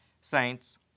Saints